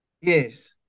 Yes